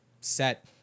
set